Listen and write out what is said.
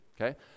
okay